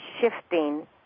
shifting